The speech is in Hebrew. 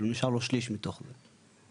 נשאר לו שליש מתוך זה.